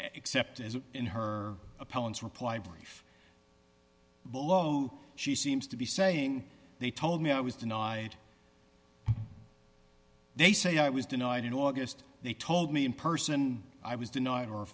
except as in her appellants reply brief below she seems to be saying they told me i was denied they say i was denied in august they told me in person i was denied or a